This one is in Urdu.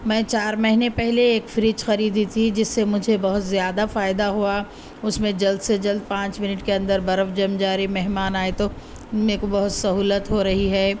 میں چار مہینے پہلے ایک فریج خریدی تھی جس سے مجھے بہت زیادہ فائدہ ہوا اس میں جلد سے جلد پانچ منٹ کے اندر برف جم جا رہی مہمان آئے تو میرے کو بہت سہولت ہو رہی ہے